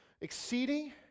exceeding